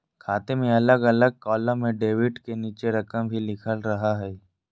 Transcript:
खाते में अलग अलग कालम में डेबिट के नीचे रकम भी लिखल रहा हइ